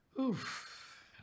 Oof